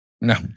No